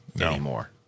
anymore